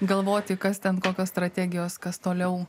galvoti kas ten kokios strategijos kas toliau